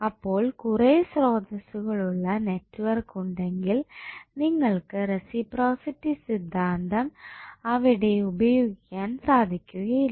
അപ്പോൾ കുറെ സ്രോതസ്സ്കൾ ഉള്ള നെറ്റ്വർക്ക് ഉണ്ടെങ്കിൽ നിങ്ങൾക്ക് റസിപ്രോസിറ്റി സിദ്ധാന്തം അവിടെ ഉപയോഗിക്കാൻ സാധിക്കുകയില്ല